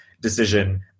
decision